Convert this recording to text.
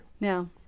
No